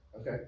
Okay